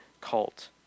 cult